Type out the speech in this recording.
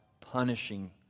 punishing